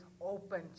open